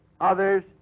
Others